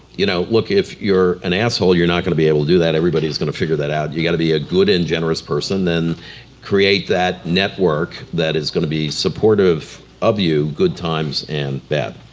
you know look if you're an asshole, you're not gonna be able to do that. everybody's gonna figure that out. you've got to be a good and generous person then create that network that is gonna be supportive of you good times and bad.